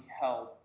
held